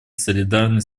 солидарны